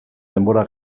denbora